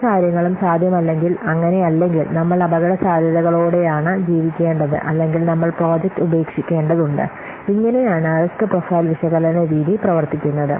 രണ്ട് കാര്യങ്ങളും സാധ്യമല്ലെങ്കിൽ അങ്ങനെയല്ലെങ്കിൽ നമ്മൾ അപകടസാധ്യതകളോടെയാണ് ജീവിക്കേണ്ടത് അല്ലെങ്കിൽ നമ്മൾ പ്രോജക്റ്റ് ഉപേക്ഷിക്കേണ്ടതുണ്ട് ഇങ്ങനെയാണ് റിസ്ക് പ്രൊഫൈൽ വിശകലന രീതി പ്രവർത്തിക്കുന്നത്